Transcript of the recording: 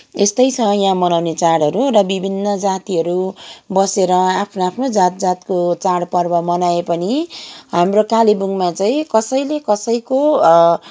यस्तै छ यहाँ मनाउने चाडहरू र विभिन्न जातिहरू बसेर आफ्नो आफ्नो जात जातको चाडपर्व मनाए पनि हाम्रो कालेबुङमा चाहिँ कसैले कसैको